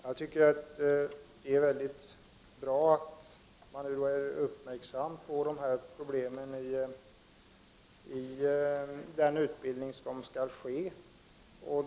Herr talman! Jag tycker att det är mycket bra att dessa problem uppmärksammas i den utbildning som skall ske.